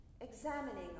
Examining